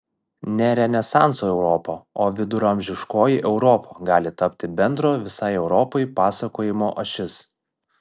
ne renesanso europa o viduramžiškoji europa gali tapti bendro visai europai pasakojimo ašis